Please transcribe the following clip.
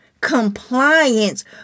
compliance